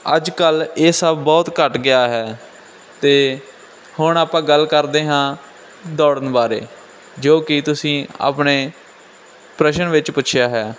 ਅੱਜ ਕੱਲ੍ਹ ਇਹ ਸਭ ਬਹੁਤ ਘੱਟ ਗਿਆ ਹੈ ਅਤੇ ਹੁਣ ਆਪਾਂ ਗੱਲ ਕਰਦੇ ਹਾਂ ਦੌੜਨ ਬਾਰੇ ਜੋ ਕਿ ਤੁਸੀਂ ਆਪਣੇ ਪ੍ਰਸ਼ਨ ਵਿੱਚ ਪੁੱਛਿਆ ਹੈ